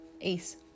Ace